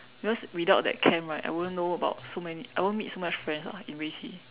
because without that camp right I won't know about so many I won't meet so much friends ah in 围棋